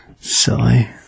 Silly